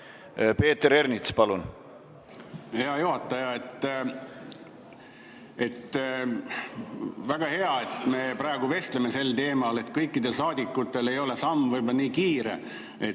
Peeter Ernits, palun! Hea juhataja! Väga hea, et me praegu vestleme sel teemal. Kõikidel saadikutel ei ole samm võib-olla piisavalt kiire.